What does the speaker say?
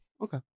Okay